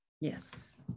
Yes